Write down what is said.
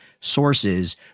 sources